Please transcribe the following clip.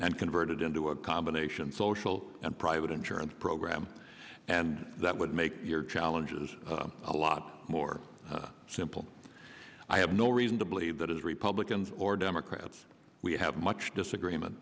and convert it into a combination social and private insurance program and that would make your challenges a lot more simple i have no reason to believe that is republicans or democrats we have much disagreement